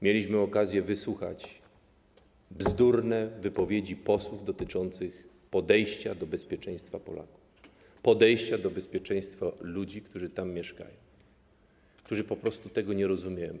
Mieliśmy okazję wysłuchać bzdurnych wypowiedzi posłów dotyczących podejścia do bezpieczeństwa Polaków, podejścia do bezpieczeństwa ludzi, którzy tam mieszkają, którzy po prostu tego nie rozumieją.